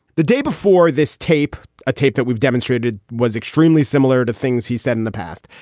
the day before this tape, a tape that we've demonstrated was extremely similar to things he said in the past.